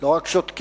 לא רק שותקים,